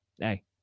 Hey